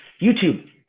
YouTube